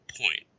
point